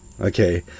okay